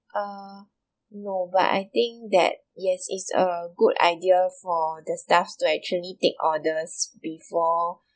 err no but I think that yes it's a good idea for the staff to actually take orders before